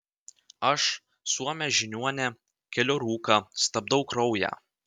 aš suomė žiniuonė keliu rūką stabdau kraują